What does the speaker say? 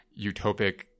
utopic